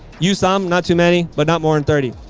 you some. not too many but not more and thirty.